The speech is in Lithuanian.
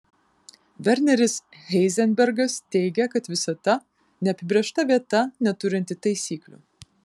verneris heizenbergas teigė kad visata neapibrėžta vieta neturinti taisyklių